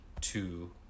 two